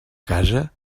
casa